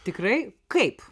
tikrai kaip